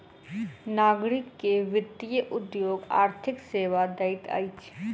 नागरिक के वित्तीय उद्योग आर्थिक सेवा दैत अछि